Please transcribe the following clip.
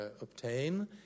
obtain